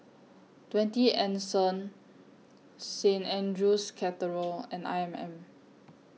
twenty Anson Saint Andrew's Cathedral and I M M